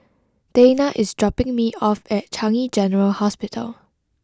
Dayna is dropping me off at Changi General Hospital